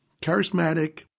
charismatic